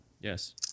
Yes